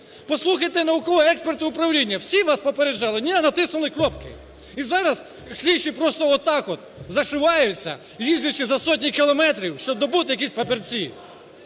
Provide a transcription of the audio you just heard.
Послухайте науково-експертне управління, всі вас попереджали. Ні, натиснули кнопки і зараз слідчі просто отак от зашиваються їздячи за сотні кілометрів, щоб добути якісь папірці.